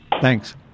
Thanks